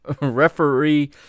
referee